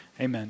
Amen